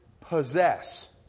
possess